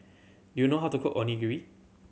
do you know how to cook Onigiri